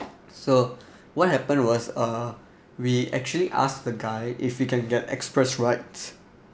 so what happened was uh we actually asked the guy if we can get express rides